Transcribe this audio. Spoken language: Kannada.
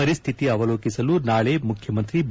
ಪರಿಸ್ತಿತಿ ಅವಲೋಟಿಸಲು ನಾಳೆ ಮುಖ್ಯಮಂತ್ರಿ ಬಿ